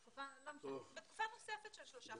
בתקופה נוספת של שלושה חודשים.